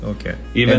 Okay